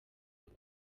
kuko